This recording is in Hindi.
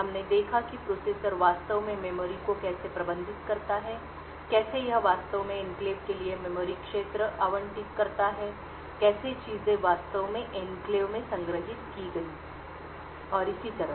हमने देखा कि प्रोसेसर वास्तव में मेमोरी को कैसे प्रबंधित करता है कैसे यह वास्तव में एन्क्लेव के लिए मेमोरी क्षेत्र आवंटित करता है कैसे चीजें वास्तव में एन्क्लेव में संग्रहीत की गईं और इसी तरह